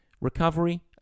recovery